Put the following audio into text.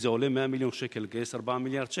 אם עולה 100 מיליון שקל לגייס 4 מיליארד שקל,